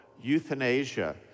euthanasia